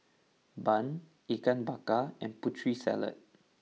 Bun Ikan Bakar and Putri Salad